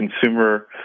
consumer